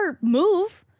move